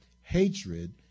hatred